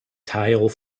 tile